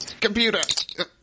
Computer